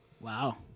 Wow